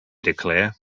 declare